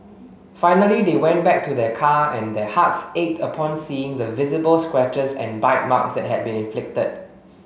finally they went back to their car and their hearts ached upon seeing the visible scratches and bite marks that had been inflicted